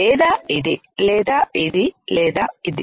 లేదా ఇది లేదా ఇది లేదా ఇది